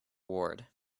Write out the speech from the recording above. ward